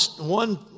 One